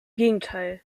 gegenteil